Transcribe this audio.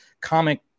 comic